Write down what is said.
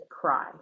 cry